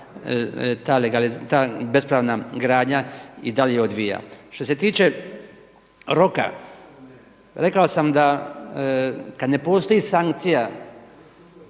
ta bespravna gradnja i dalje odvija. Što se tiče roka, rekao sam da kada ne postoji sankcija